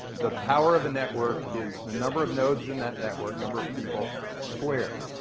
the power of a network is the number of nodes in that network number of people squared.